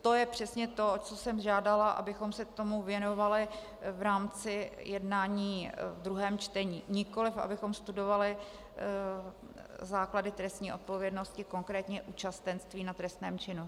To je přesně to, o co jsem žádala, abychom se tomu věnovali v rámci jednání ve druhém čtení, nikoliv abychom studovali základy trestní odpovědnosti, konkrétně účastenství na trestném činu.